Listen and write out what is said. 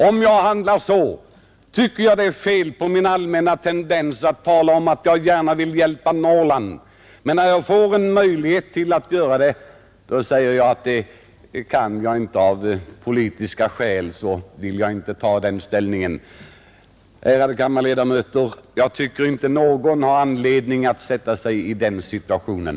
Om jag handlar så, är det något fel på min allmänna inställning; jag talar om att jag gärna vill hjälpa Norrland, men när jag får tillfälle att göra det säger jag att jag inte kan det av politiska skäl. Ärade kammarledamöter! Jag tycker inte att det finns någon anledning att försätta sig i den situationen.